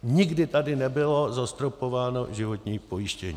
Nikdy tady nebylo zastropováno životní pojištění.